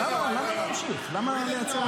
אבל למה להמשיך?